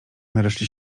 nareszcie